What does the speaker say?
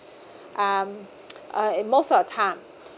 um uh most of the time